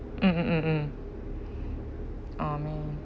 mm mm mm mm oh man